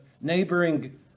neighboring